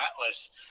atlas